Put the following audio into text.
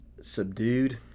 subdued